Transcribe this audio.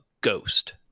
ghost